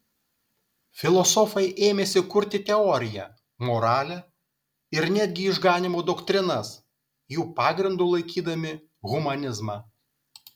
filosofai ėmėsi kurti teoriją moralę ir netgi išganymo doktrinas jų pagrindu laikydami humanizmą